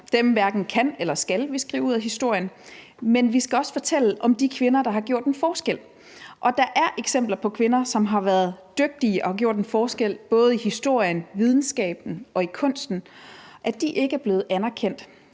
Dem hverken kan eller skal vi skrive ud af historien, men vi skal også fortælle om de kvinder, der har gjort en forskel, og der er eksempler på, at kvinder, som har været dygtige og har gjort en forskel, både i historien, i videnskaben og i kunsten, ikke er blevet anerkendt.